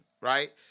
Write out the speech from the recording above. right